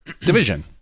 division